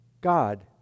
God